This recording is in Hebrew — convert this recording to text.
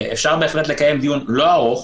אפשר בהחלט להתקיים דיון לא ארוך